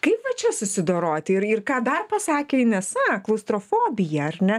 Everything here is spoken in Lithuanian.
kaip va čia susidoroti ir ir ką dar pasakė inesa klaustrofobija ar ne